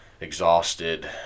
exhausted